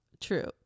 true